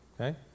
Okay